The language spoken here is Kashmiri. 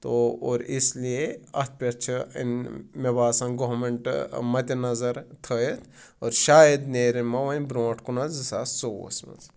تو اور اسلیے اَتھ پٮ۪ٹھ چھِ مےٚ باسان گورنمینٛٹ مَدِ نظر تھٲیِتھ اور شاید نیرِ مَا وَۄنۍ برونٛٹھ کُن حظ زٕساس ژوٚوُہ ہَس منٛز